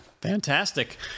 fantastic